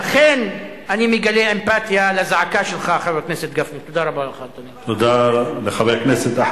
לכן אני מגלה אמפתיה לזעקה שלך, חבר הכנסת גפני.